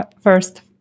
first